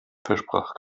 versprach